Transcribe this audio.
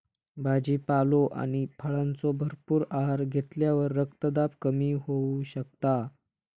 भाजीपालो आणि फळांचो भरपूर आहार घेतल्यावर रक्तदाब कमी होऊ शकता